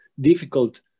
difficult